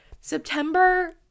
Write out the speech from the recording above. September